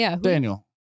Daniel